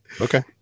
Okay